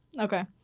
Okay